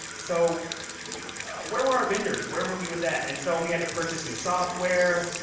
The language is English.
so where were our vendors? where were we with that? and so we had to purchase new software.